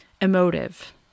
emotive